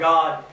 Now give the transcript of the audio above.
God